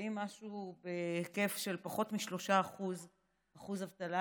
נמצאים בהיקף של פחות מ-3% אבטלה.